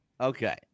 Okay